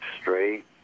straight